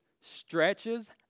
stretches